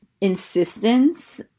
insistence